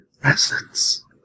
Presence